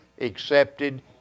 accepted